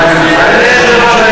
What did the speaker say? הזכויות רק